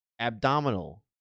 abdominal